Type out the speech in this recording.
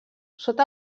sota